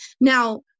Now